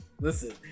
Listen